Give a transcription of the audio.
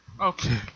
Okay